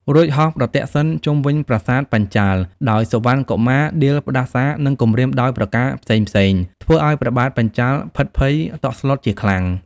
រួចហោះប្រទក្សិណបីជុំប្រាសាទបញ្ចាល៍ ដោយសុវណ្ណកុមារដៀលផ្តាសារ និងគំរាមដោយប្រការផ្សេងៗ ធ្វើឱ្យព្រះបាទបញ្ចាល៍ភិតភ័យតក់ស្លុតជាខ្លាំង។